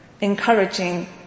encouraging